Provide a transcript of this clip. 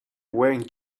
wearing